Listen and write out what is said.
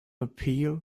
appeal